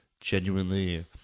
genuinely